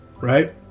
right